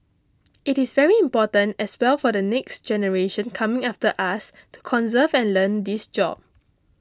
it is very important as well for the next generation coming after us to conserve and learn this job